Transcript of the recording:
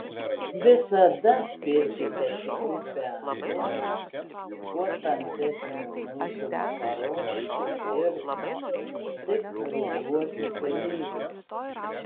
visada pirkite tik rupią duoną kuo tamsesnių miltų makaronus ir tik ruduosius ryžius